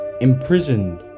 imprisoned